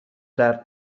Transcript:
درد